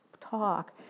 talk